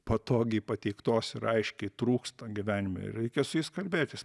patogiai pateiktos ir aiškiai trūksta gyvenime reikia su jais kalbėtis